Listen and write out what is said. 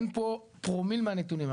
אין פה פרומיל מהנתונים.